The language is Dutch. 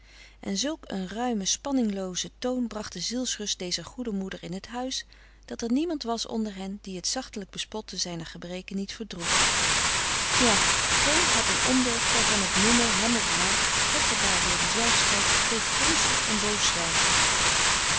en zulk een ruimen spanningloozen toon bracht de zielsrust dezer goede moeder in het huis dat er niemand was onder hen die het zachtelijk bespotten zijner gebreken niet verdroeg ja geen had een ondeugd waarvan het frederik van eeden van de koele meren des doods noemen hem of haar prikkelbaar door den zelf strijd deed fronsen en boos zwijgen